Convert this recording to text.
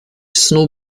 snu